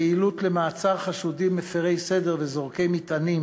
פעילות למעצר חשודים מפרי סדר וזורקי מטענים